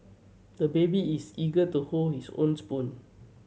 the baby is eager to hold his own spoon